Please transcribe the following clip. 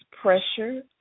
pressure